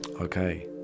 Okay